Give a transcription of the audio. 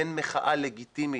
בין מחאה לגיטימית,